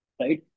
right